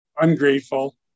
ungrateful